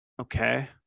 Okay